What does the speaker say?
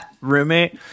Roommate